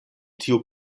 tiu